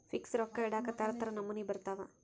fix ರೊಕ್ಕ ಇಡಾಕ ತರ ತರ ನಮೂನಿ ಬರತವ